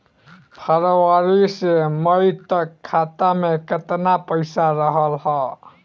फरवरी से मई तक खाता में केतना पईसा रहल ह?